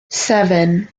seven